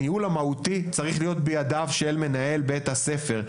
הניהול המהותי צריך להיות בידיו של מנהל בית הספר.